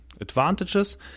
advantages